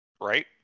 Right